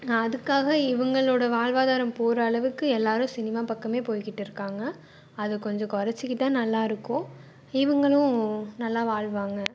அதுக்காக இவங்களோட வாழ்வாதாரம் போகிறளவுக்கு எல்லாரும் சினிமா பக்கமே போய்கிட்டு இருக்காங்க அதை கொஞ்சம் குறச்சிக்கிட்டா நல்லா இருக்கும் இவங்களும் நல்லா வாழ்வாங்க